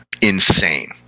insane